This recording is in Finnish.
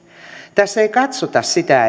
tässä ei katsota sitä